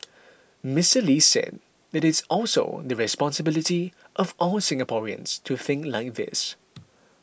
Mister Lee said that it is also the responsibility of all Singaporeans to think like this